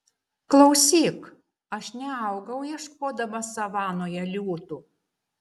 klausyk aš neaugau ieškodamas savanoje liūtų